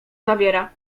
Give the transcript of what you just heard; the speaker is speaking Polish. zawiera